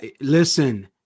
listen